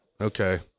okay